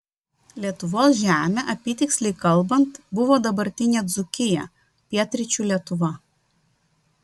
lietuvos žemė apytiksliai kalbant buvo dabartinė dzūkija pietryčių lietuva